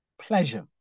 pleasure